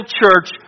church